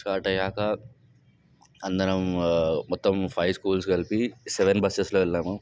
start అయ్యాక అందరం మొత్తం మేము ఫైవ్ స్కూల్స్ కలిపి సెవెన్ బసెస్లో వెళ్ళాము